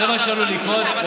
זה מה שעלול לקרות,